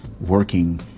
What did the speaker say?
working